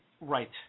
right